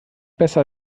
besser